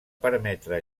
permetre